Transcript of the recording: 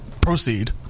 Proceed